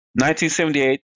1978